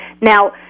Now